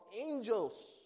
angels